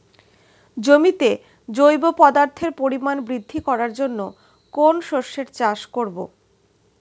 জমিতে জৈব পদার্থের পরিমাণ বৃদ্ধি করার জন্য কোন শস্যের চাষ করবো?